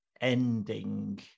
ending